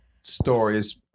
stories